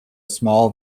small